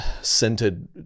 scented